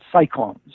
cyclones